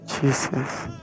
Jesus